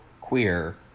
queer